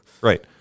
right